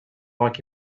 like